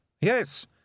Yes